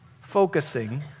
Focusing